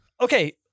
Okay